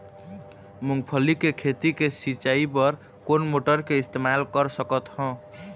मूंगफली के खेती के सिचाई बर कोन मोटर के इस्तेमाल कर सकत ह?